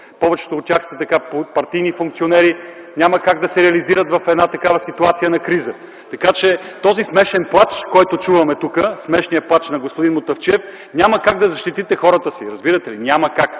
повечето от тях са партийни функционери, и няма как да се реализират в една такава ситуация на криза. Този смешен плач, който чуваме тук – смешният плач на господин Мутафчиев, защото няма как да защитите хората си. Разбирате ли, няма как!